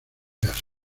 jazz